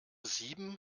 sieben